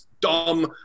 dumb